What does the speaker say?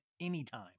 anytime